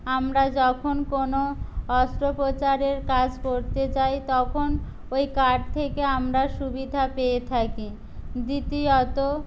আমরা যখন কোনো অস্ত্রোপচারের কাজ করতে চাই তখন ওই কার্ড থেকে আমরা সুবিধা পেয়ে থাকি দ্বিতীয়ত